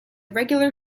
regular